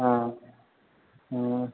हाँ हाँ